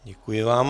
Děkuji vám.